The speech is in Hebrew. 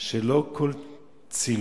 שלא כל צילום,